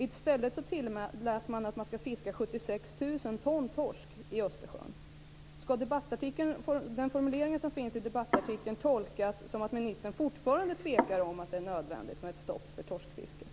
I stället tillät man fiske av 76 000 ton torsk i Östersjön. Ska debattartikelns formulering tolkas som att ministern fortfarande tvekar om huruvida det är nödvändigt med ett stopp för torskfisket?